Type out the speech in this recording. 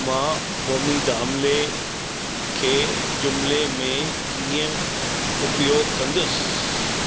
मां फोर्मिदाम्ले खे जुमिले में कीअं उपयोगु कंदुसि